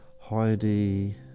Heidi